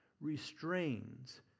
restrains